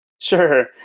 Sure